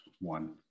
one